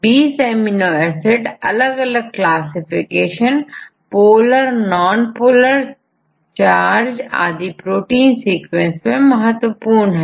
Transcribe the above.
छात्र20 20 amino acid अलग अलग classification polar nonpolar charge आदि प्रोटीन सीक्वेंस में महत्वपूर्ण है